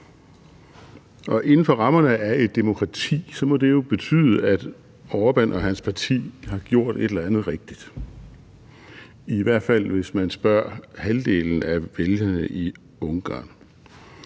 Inden for rammerne af et demokrati må det jo betyde, at Orbán og hans parti har gjort et eller andet rigtigt, i hvert fald hvis man spørger halvdelen af vælgerne i Ungarn.